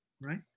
right